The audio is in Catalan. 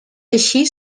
així